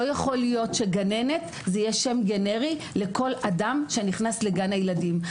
לא יכול להיות שגננת יהיה שם גנרי לכל אדם שנכנס לגן הילדים.